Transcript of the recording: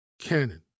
canon